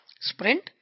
Sprint